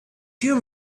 there